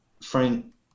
Frank